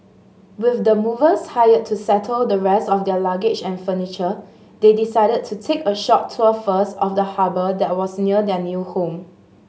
with the movers hired to settle the rest of their luggage and furniture they decided to take a short tour first of the harbour that was near their new home